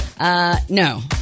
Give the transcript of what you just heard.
No